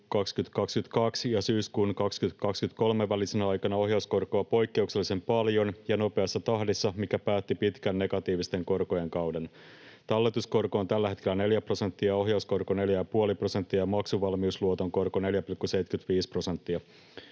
2022 ja syyskuun 2023 välisenä aikana ohjauskorkoa poikkeuksellisen paljon ja nopeassa tahdissa, mikä päätti pitkän negatiivisten korkojen kauden. Talletuskorko on tällä hetkellä 4 prosenttia, ohjauskorko 4,5 prosenttia ja maksuvalmiusluoton korko 4,75 prosenttia.